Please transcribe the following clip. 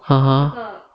(uh huh)